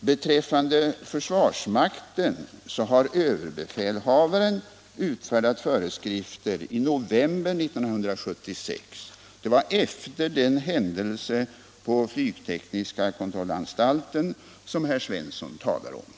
Beträffande försvarsmakten har överbefälhavaren utfärdat föreskrift i november 1976 — det var efter den händelse på flygtekniska försöksanstalten som herr Svensson talar om.